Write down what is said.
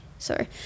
Sorry